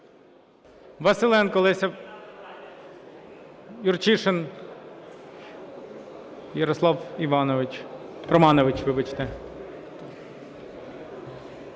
Василенко Леся. Юрчишин Ярослав Іванович…